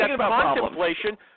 contemplation